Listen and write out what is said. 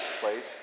place